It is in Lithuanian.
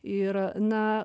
ir na